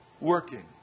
working